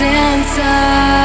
inside